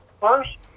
first